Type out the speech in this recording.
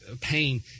pain